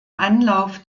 anlauf